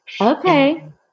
Okay